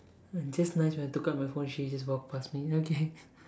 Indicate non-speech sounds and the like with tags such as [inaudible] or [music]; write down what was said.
uh just nice when I took out my phone she just walk past me okay [laughs]